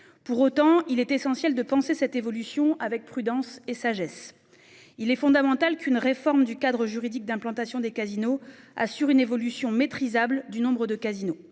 Pour autant, il est essentiel de penser cette évolution avec prudence et sagesse. Il est fondamental qu'une réforme du cadre juridique d'implantation des casinos assurent une évolution maîtrisable du nombre de casino.